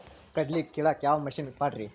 ಕಡ್ಲಿ ಕೇಳಾಕ ಯಾವ ಮಿಷನ್ ಪಾಡ್ರಿ?